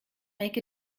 make